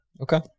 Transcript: Okay